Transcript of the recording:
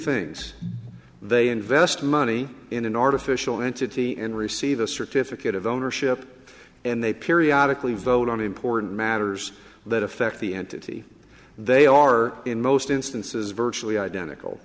things they invest money in an artificial entity and receive a certificate of ownership and they periodic lee vote on important matters that affect the entity they are in most instances virtually identical